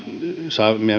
saimme